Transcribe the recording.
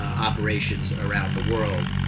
operations around the world.